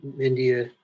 India